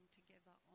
together